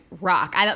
rock